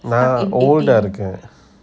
நான்:naan old eh இருக்கான்:irukan